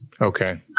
Okay